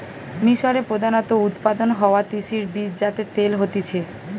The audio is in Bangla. মিশরে প্রধানত উৎপাদন হওয়া তিসির বীজ যাতে তেল হতিছে